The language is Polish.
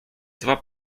dwa